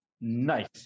Nice